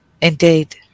indeed